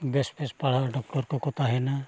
ᱵᱮᱥ ᱵᱮᱥ ᱯᱟᱲᱦᱟᱣ ᱰᱟᱠᱛᱚᱨ ᱠᱚᱠᱚ ᱛᱟᱦᱮᱱᱟ